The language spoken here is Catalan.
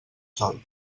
sol